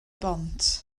bont